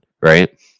Right